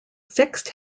fixed